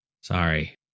Sorry